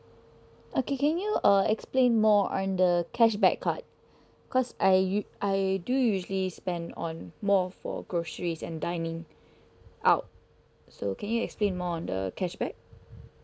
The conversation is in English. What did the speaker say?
okay can you uh explain more on the cashback card cause I you I do usually spend on more of for groceries and dining out so can you explain more on the cashback